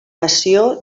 passió